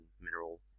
mineral